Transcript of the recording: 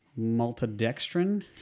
maltodextrin